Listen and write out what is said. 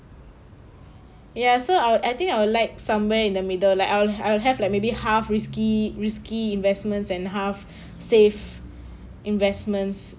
ya so I'll I think I'll like somewhere in the middle like I'll I'll have like maybe half risky risky investments and half safe investments